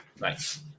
Nice